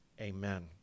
Amen